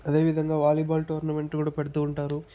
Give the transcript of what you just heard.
అదేవిధంగా volleyball tournament కూడా పెడుతు ఉంటారు